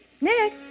Nick